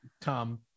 Tom